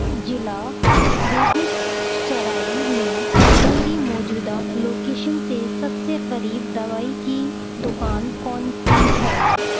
ضلع بیگو سرائے میں میری موجودہ لوکیشن سے سب سے قریب دوائی کی دکان کون سی ہے